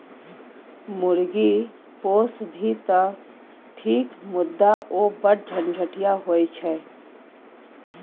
मुर्गी पोसभी तँ ठीक मुदा ओ बढ़ झंझटिया होए छै